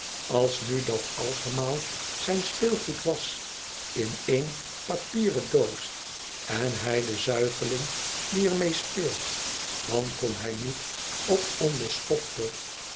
als nu dat altemaal zijn speelgoed was in één papieren doos en hij de zuigeling die er mee speelt dan kon hij niet op onbeschofter